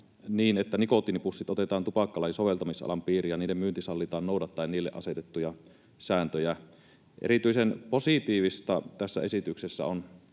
niin, että nikotiinipussit otetaan tupakkalain soveltamisalan piiriin ja niiden myynti sallitaan noudattaen niille asetettuja sääntöjä. Erityisen positiivista tässä esityksessä on